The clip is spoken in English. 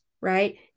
Right